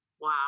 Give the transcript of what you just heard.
wow